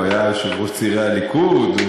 הוא היה יושב-ראש צעירי הליכוד,